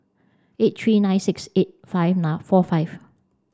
eight three nine six eight five four five